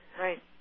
Right